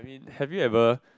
have you ever